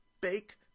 bake